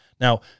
Now